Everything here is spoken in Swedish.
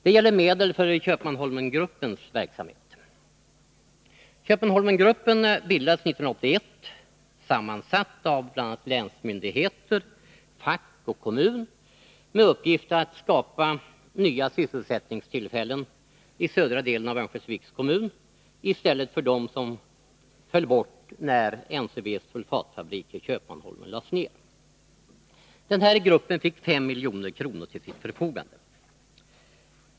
Det gäller här medel för Köpmanholmengruppens verksamhet. Köpmanholmengruppen bildades 1981, är sammansatt av bl.a. länsmyndigheter, fack och kommun och har till uppgift att skapa nya sysselsättningstillfällen i södra delen av Örnsköldsviks kommun i stället för dem som föll bort när NCB:s sulfatfabrik i Köpmanholmen lades ner. Gruppen fick 5 milj.kr. till sitt förfogande.